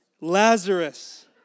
Lazarus